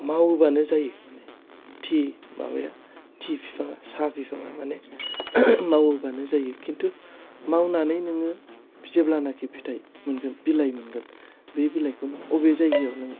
मावोबानो जायो मानि टि माबाया टि बिफांया साहा बिफांया माने मावयोबानो जायो खिनथु मावनानै नोङो जेब्लानाखि फिथाय मोनगोन बिलाइ मोनगोन बे बिलाइखौ नों अबे जायगायाव नों